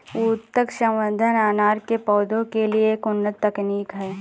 ऊतक संवर्धन अनार के पौधों के लिए एक उन्नत तकनीक है